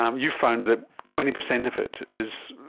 um you've found that twenty percent of it is